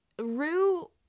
rue